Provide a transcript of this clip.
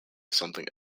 something